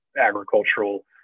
agricultural